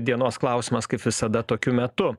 dienos klausimas kaip visada tokiu metu